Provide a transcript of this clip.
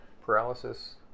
paralysis